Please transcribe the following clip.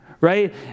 right